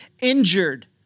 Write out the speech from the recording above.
injured